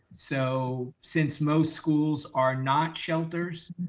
so since most schools are not shelters,